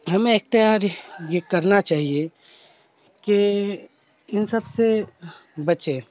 ہمیں اختیار یہ کرنا چاہیے کہ ان سب سے بچے